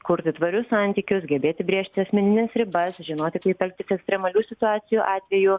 kurti tvarius santykius gebėti brėžti asmenines ribas žinoti kaip elgtis ekstremalių situacijų atveju